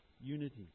unity